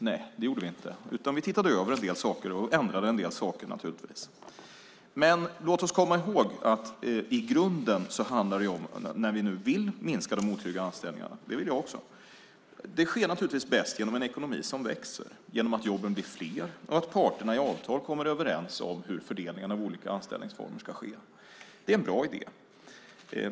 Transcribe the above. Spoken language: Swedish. Nej, det gjorde vi inte, utan vi tittade över en del saker och ändrade naturligtvis en del. När vi nu vill minska de otrygga anställningarna - det vill jag också - låt oss då komma ihåg att det givetvis sker bäst genom en ekonomi som växer, genom att jobben blir fler och genom att parterna i avtal kommer överens om hur fördelningen av olika anställningsformer ska ske. Det är en bra idé.